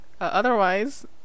otherwise